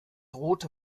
rote